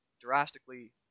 drastically